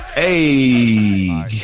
Hey